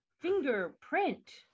fingerprint